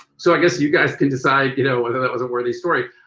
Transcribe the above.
so i guess you guys can decide, you know, that was a worthy story.